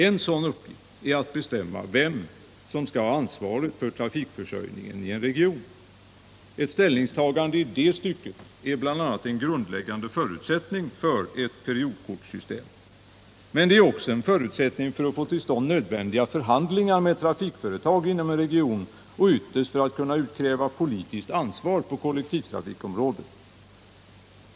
En sådan uppgift är att bestämma vem som skall ha ansvaret för trafikförsörjningen inom en region. Ett ställningstagande i det stycket är bl.a. en grundläggande förutsättning för ett periodkortssystem. Men det är också en förutsättning för att få till stånd nödvändiga förhandlingar med trafikföretag inom en region och ytterst för att kunna utkräva politiskt ansvar på kollektivtrafikområdet.